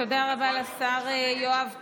תודה רבה לשר יואב קיש.